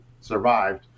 survived